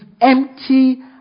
empty